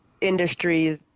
industries